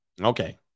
Okay